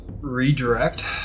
redirect